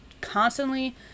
constantly